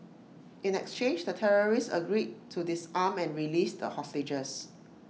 in exchange the terrorists agreed to disarm and released the hostages